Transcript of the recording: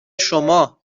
شما